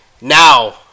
now